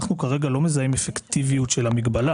אנחנו לא מזהים כרגע אפקטיביות של המגבלה.